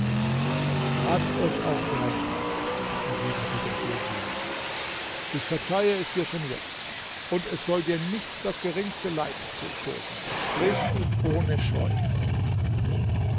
was es auch sein mag erwiderte der sultan ich verzeihe es dir schon jetzt und es soll dir nicht das geringste leid zustoßen sprich ohne scheu